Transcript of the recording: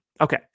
Okay